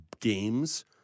games